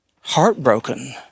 heartbroken